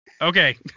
Okay